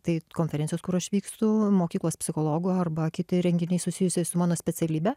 tai konferencijos kur aš vykstu mokyklos psichologų arba kiti renginiai susijusiai su mano specialybe